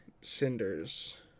cinders